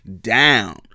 down